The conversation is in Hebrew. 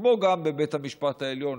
כמו גם בבית המשפט העליון,